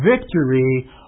victory